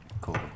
Cool